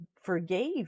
forgave